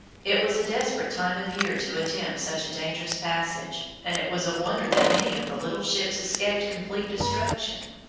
it was a desperate time of year to attempt such a dangerous passage, and it was a wonder that any of the little ships escaped complete destruction.